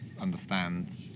understand